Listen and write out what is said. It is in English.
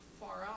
far-out